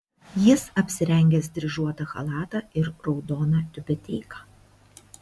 jis apsirengęs dryžuotą chalatą ir raudoną tiubeteiką